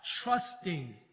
trusting